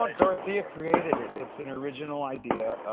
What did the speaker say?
like dorothea created it. it's an original idea.